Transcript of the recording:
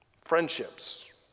Friendships